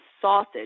sausage